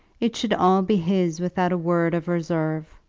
it should all be his without a word of reserve.